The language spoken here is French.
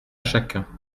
chacun